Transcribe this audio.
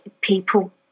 people